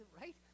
Right